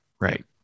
Right